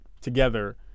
together